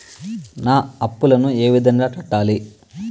నా అప్పులను ఏ విధంగా కట్టాలి?